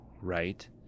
right